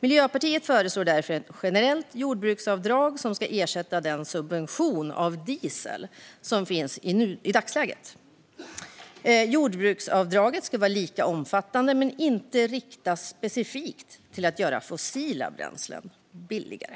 Miljöpartiet föreslår därför ett generellt jordbruksavdrag som ska ersätta den subvention av diesel som finns i dagsläget. Jordbruksavdraget ska vara lika omfattande men inte riktas specifikt till att göra fossila bränslen billigare.